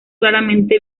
claramente